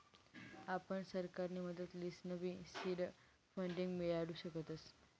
आपण सरकारनी मदत लिसनबी सीड फंडींग मियाडू शकतस